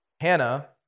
Hannah